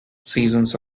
seasons